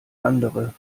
andere